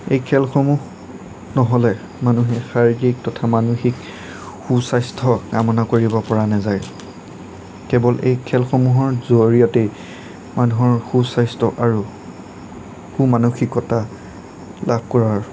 এই খেলসমূহ নহ'লে মানুহে শাৰীৰিক তথা মানসিক সু স্বাস্থ্য কামনা কৰিব পৰা নাযায় কেৱল এই খেলসমূহৰ জৰিয়তেই মানুহৰ সু স্বাস্থ্য আৰু সু মানসিকতা লাভ কৰাৰ